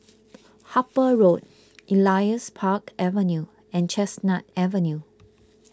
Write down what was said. Harper Road Elias Park Avenue and Chestnut Avenue